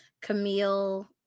Camille